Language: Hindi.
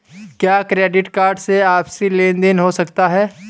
क्या क्रेडिट कार्ड से आपसी लेनदेन हो सकता है?